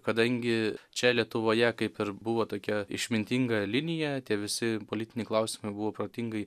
kadangi čia lietuvoje kaip ir buvo tokia išmintinga linija tie visi politiniai klausimai buvo protingai